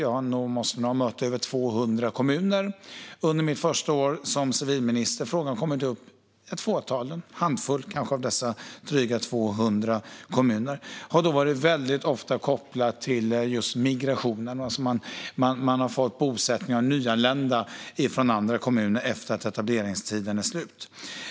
Jag har mött över 200 kommuner under mitt första år som civilminister, och frågan har kommit upp i ett fåtal - kanske en handfull - av dessa drygt 200 kommuner. Det har väldigt ofta varit kopplat till just migrationen. Dessa kommuner har fått en bosättning av nyanlända från andra kommuner efter att etableringstiden är slut.